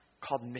called